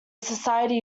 society